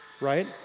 right